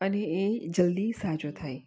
અને એ જલદી સાજો થાય